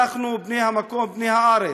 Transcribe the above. אנחנו, בני הארץ,